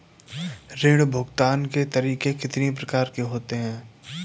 ऋण भुगतान के तरीके कितनी प्रकार के होते हैं?